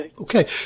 Okay